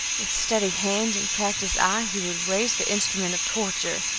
with steady hand and practised eye he would raise the instrument of torture,